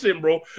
bro